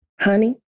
honey